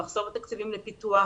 המחסור בתקציבים לפיתוח,